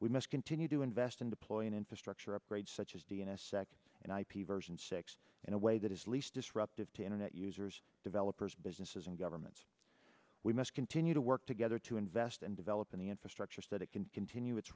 we must continue to invest in deploying infrastructure upgrades such as d s and ip version six in a way that is least disruptive to internet users developers businesses and governments we must continue to work together to invest in developing the infrastructure so that it can continue its